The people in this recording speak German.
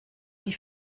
die